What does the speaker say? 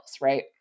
Right